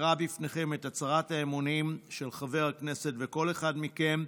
אקרא בפניכם את הצהרת האמונים של חבר הכנסת וכל אחד מכם,